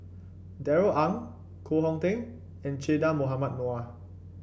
Darrell Ang Koh Hong Teng and Che Dah Mohamed Noor